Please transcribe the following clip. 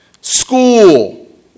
school